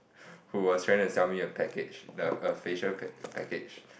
who was trying to sell me a package the a facial pack~ package